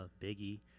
Biggie